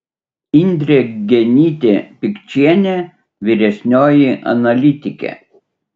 indrė genytė pikčienė vyresnioji analitikė